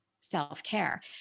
self-care